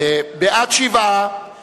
בל"ד להביע אי-אמון בממשלה לא נתקבלה.